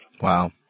Wow